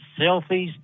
selfies